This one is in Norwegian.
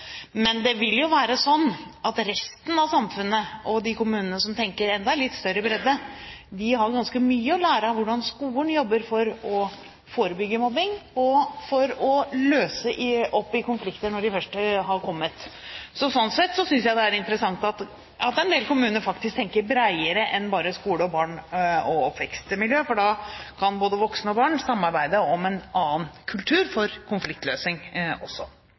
Men det vil jo være slik at resten av samfunnet og de kommunene som tenker enda litt større bredde, har ganske mye å lære av hvordan skolen jobber for å forebygge mobbing og for å løse opp i konflikter når de først har kommet. Slik sett synes jeg det er interessant at en del kommuner faktisk tenker bredere enn bare skole, barn og oppvekstmiljø, for da kan både voksne og barn samarbeide om en annen kultur for konfliktløsning også.